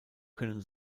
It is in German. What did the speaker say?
können